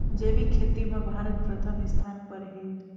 जैविक खेती म भारत प्रथम स्थान पर हे